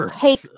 take